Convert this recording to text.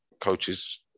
coaches –